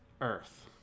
Earth